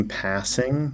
passing